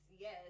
yes